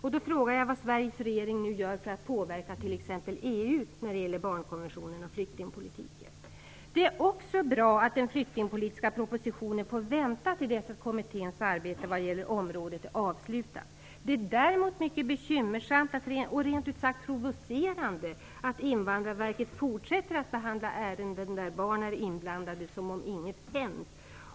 Vad gör Sveriges regering för att påverka t.ex. EU vad gäller barnkonventionen och flyktingpolitiken? Det är också bra att den flyktingpolitiska propositionen får vänta till dess att kommitténs arbete vad gäller det området är avslutat. Det är däremot mycket bekymmersamt och rent ut sagt provocerande att Invandrarverket fortsätter att behandla ärenden där barn är inblandade som om inget hänt.